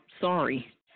Sorry